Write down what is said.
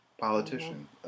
politician